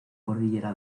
cordillera